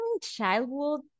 childhood